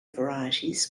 varieties